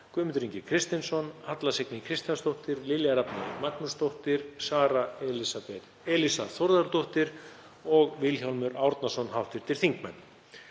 Guðmundur Ingi Kristinsson, Halla Signý Kristjánsdóttir, Lilja Rafney Magnúsdóttir, Sara Elísa Þórðardóttir og Vilhjálmur Árnason. Herra forseti.